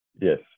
Yes